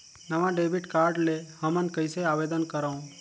नवा debit card ले हमन कइसे आवेदन करंव?